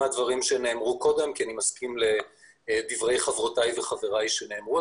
אני מסכים לדברי חברותיי וחבריי שנאמרו,